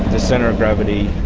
the centre of gravity,